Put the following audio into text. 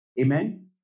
Amen